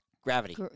Gravity